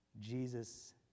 jesus